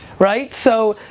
right? so,